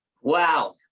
Wow